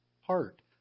heart